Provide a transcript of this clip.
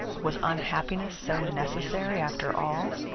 was unhappiness so necessary, after all?